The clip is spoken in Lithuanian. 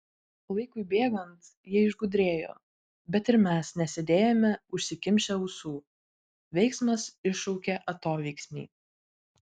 laikui bėgant jie išgudrėjo bet ir mes nesėdėjome užsikimšę ausų veiksmas iššaukia atoveiksmį